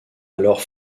alors